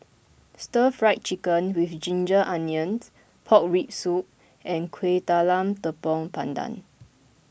Stir Fried Chicken with Ginger Onions Pork Rib Soup and Kueh Talam Tepong Pandan